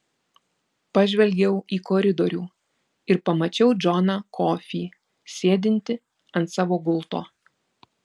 pažvelgiau į koridorių ir pamačiau džoną kofį sėdintį ant savo gulto